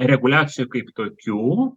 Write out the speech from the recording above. reguliacijų kaip tokių